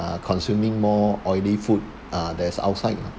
consuming more oily food uh that's outside